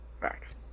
facts